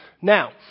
Now